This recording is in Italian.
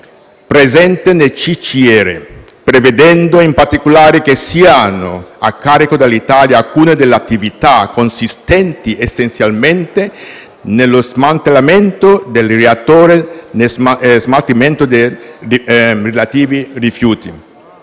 presente nel CCR, prevedendo in particolare che siano a carico dell'Italia alcune delle attività, consistenti essenzialmente nello smantellamento del reattore